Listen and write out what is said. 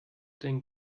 denn